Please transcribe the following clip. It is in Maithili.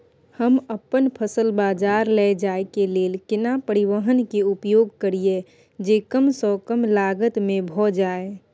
हम अपन फसल बाजार लैय जाय के लेल केना परिवहन के उपयोग करिये जे कम स कम लागत में भ जाय?